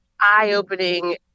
eye-opening